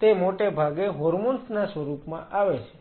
તે મોટે ભાગે હોર્મોન્સ ના સ્વરૂપમાં આવે છે